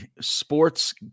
sports